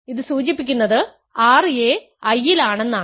ഇത് സൂചിപ്പിക്കുന്നത് ra Iലാണെന്നാണ്